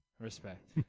Respect